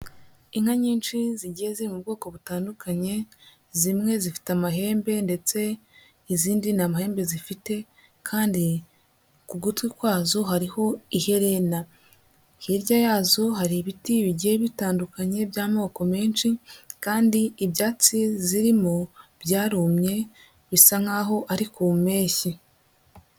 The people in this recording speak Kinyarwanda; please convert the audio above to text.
Inka nyinshi zigeze mu bwoko butandukanye zimwe zifite amahembe ndetse izindi nta mahembe zifite, kandi ku gutwi kwazo hariho iherena, hirya yazo hari ibiti bigiye bitandukanye by'amoko menshi kandi ibyatsi zirimo byarumye bisa nk'aho ari ku Mpeshyi.